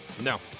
No